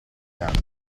camion